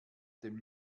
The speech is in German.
dem